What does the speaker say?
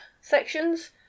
sections